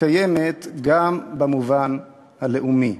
קיימת גם במובן הלאומי,